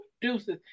deuces